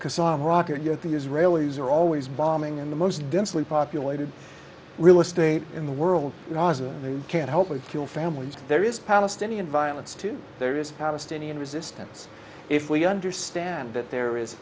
kasam rockets yet the israelis are always bombing in the most densely populated real estate in the world was it can't help it kill families there is palestinian violence too there is palestinian resistance if we understand that there is